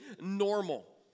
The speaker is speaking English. normal